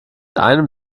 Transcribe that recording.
einem